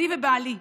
אני ובעלי.